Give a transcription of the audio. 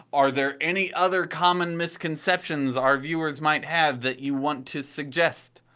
are there any other common misconceptions our viewers might have that you want to suggest?